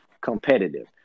competitive